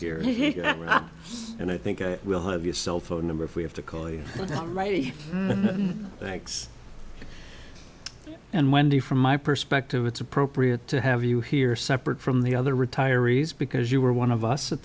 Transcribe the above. here and i think i will have your cell phone number if we have to call you right thanks and wendy from my perspective it's appropriate to have you here separate from the other retirees because you were one of us at